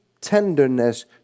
tenderness